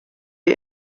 die